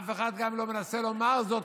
אף אחד גם לא מנסה לומר זאת,